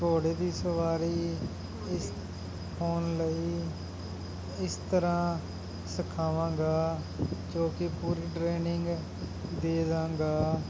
ਘੋੜੇ ਦੀ ਸਵਾਰੀ ਹੋਣ ਲਈ ਇਸ ਤਰ੍ਹਾਂ ਸਿਖਾਵਾਂਗਾ ਜੋ ਕਿ ਪੂਰੀ ਟਰੇਨਿੰਗ ਦੇ ਦਾਂਗਾ